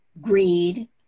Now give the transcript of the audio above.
greed